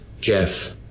Jeff